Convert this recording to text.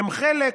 הם חלק